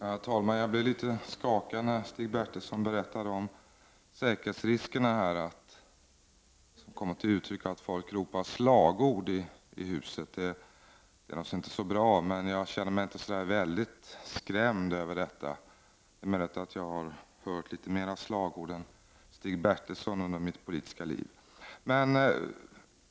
Herr talman! Jag blir litet skakad när Stig Bertilsson berättar om de säkerhetsrisker som kommer till uttryck när folk ropar slagord i huset. Det är naturligtvis inte så bra, men jag känner mig inte särskilt skrämd av detta. Det är möjligt att jag har hört lite fler slagord än Stig Bertilsson under mitt politiska liv.